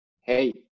hey